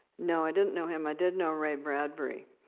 no, i didn't know him. i did know ray bradbury,